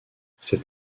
cette